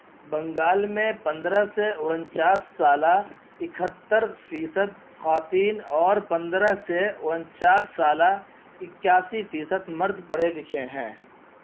بنگال میں پندرہ سے اننچاس سالہ اکہتر فیصد خواتین اور پندرہ سے انچاس سالہ اکیاسی فیصد مرد پڑھے لکھے ہیں